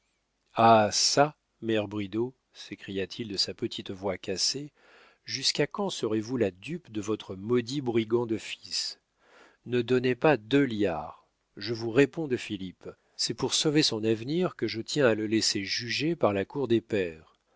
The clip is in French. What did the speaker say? ah çà mère bridau s'écria-t-il de sa petite voix cassée jusqu'à quand serez-vous la dupe de votre maudit brigand de fils ne donnez pas deux liards je vous réponds de philippe c'est pour sauver son avenir que je tiens à le laisser juger par la cour des pairs